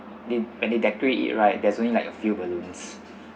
they when they decorate it right there's only like a few balloons